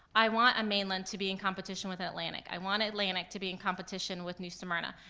i want a mainland to be in competition with an atlantic. i want atlantic to be in competition with new smyrna.